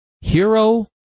hero